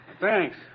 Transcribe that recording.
Thanks